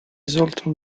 sollten